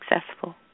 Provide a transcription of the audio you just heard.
successful